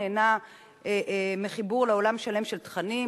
נהנה מחיבור לעולם שלם של תכנים,